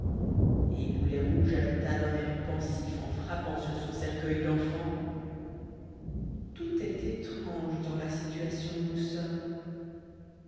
et boulet rouge ajouta d'un air pensif en frappant sur son cercueil d'enfant tout est étrange dans la situation où nous sommes